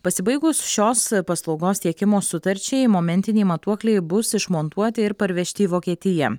pasibaigus šios paslaugos tiekimo sutarčiai momentiniai matuokliai bus išmontuoti ir parvežti į vokietiją